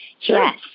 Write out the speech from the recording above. Yes